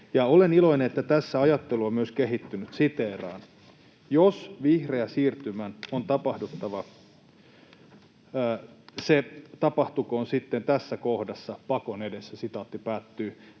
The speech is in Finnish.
olen iloinen, että tässä ajattelu on myös kehittynyt. Siteeraan: ”Jos vihreän siirtymän on tapahduttava, se tapahtukoon sitten tässä kohdassa, pakon edessä.” Näin